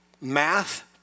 math